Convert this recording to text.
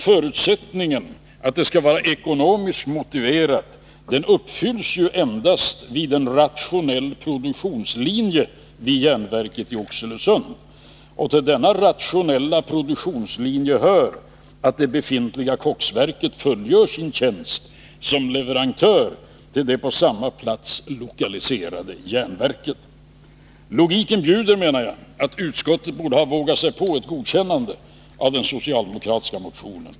Förutsättningen att det skall vara ekonomiskt motiverat uppfylls ju endast vid en rationell produktionslinje vid järnverket i Oxelösund, och till denna rationella produktionslinje hör att det befintliga koksverket fullgör sin tjänst som leverantör till det på samma plats lokaliserade järnverket. Logiken bjuder, menar jag, att utskottet borde ha vågat sig på ett godtagande av den socialdemokratiska motionen.